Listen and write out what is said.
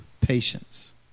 patience